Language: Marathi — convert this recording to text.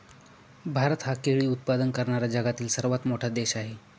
भारत हा केळी उत्पादन करणारा जगातील सर्वात मोठा देश आहे